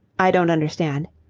i don't understand.